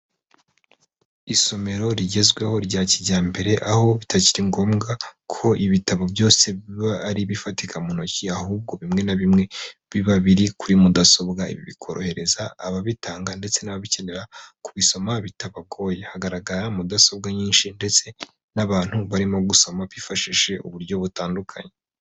Isomero rigezweho rya kijyambere aho bitakiri ngombwa ko ibitabo byose biba ari ibifatika mu ntoki, ahubwo bimwe na bimwe biba biri kuri mudasobwa bikorohereza ababitanga ndetse n'ababikenera kubisoma bitabagoye. Hagaragara mudasobwa nyinshi, ndetse n'abantu barimo gusoma bifashishije uburyo butandukanye.